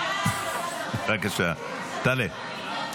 בבקשה, תעלה.